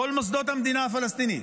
כל מוסדות המדינה הפלסטינית.